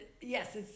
yes